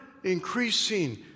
Increasing